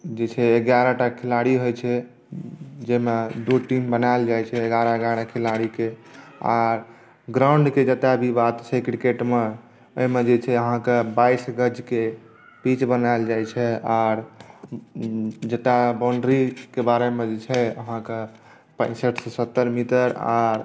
जे छै एगारह टा खिलाड़ी होइत छै जाहिमे दू टीम बनायल जाइत छै एगारह एगारह खिलाड़ीके आर ग्राउंडके जतय भी बात छै क्रिकेटमे ओहिमे जे छै अहाँकेँ बाइस गजके पीच बनायल जाइत छै आर जतय बौन्ड्रीके बारेमे जे छै अहाँकेँ पैँसठिसँ सत्तरि मीटर आर